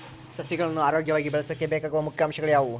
ಸಸಿಗಳನ್ನು ಆರೋಗ್ಯವಾಗಿ ಬೆಳಸೊಕೆ ಬೇಕಾಗುವ ಮುಖ್ಯ ಅಂಶಗಳು ಯಾವವು?